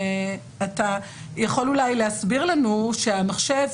אתה יכול אולי להסביר לנו שהמחשב,